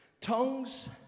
Tongues